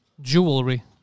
Jewelry